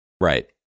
Right